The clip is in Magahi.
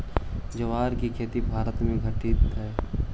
ज्वार के खेती भारत में घटित हइ